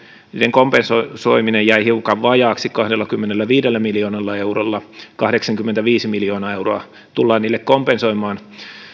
kompensoiminen jäi hiukan vajaaksi kahdellakymmenelläviidellä miljoonalla eurolla kahdeksankymmentäviisi miljoonaa euroa tullaan niille kompensoimaan